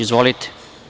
Izvolite.